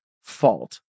fault